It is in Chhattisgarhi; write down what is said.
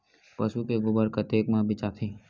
पशु के गोबर कतेक म बेचाथे?